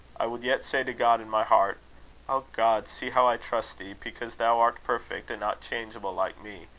i would yet say to god in my heart o god, see how i trust thee, because thou art perfect, and not changeable like me.